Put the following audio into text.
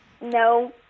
No